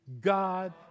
God